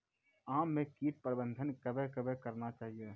आम मे कीट प्रबंधन कबे कबे करना चाहिए?